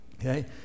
okay